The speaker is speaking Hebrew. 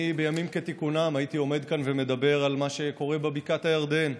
בימים כתיקונם הייתי עומד כאן ומדבר על מה שקורה בבקעת הירדן.